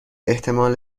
احتمال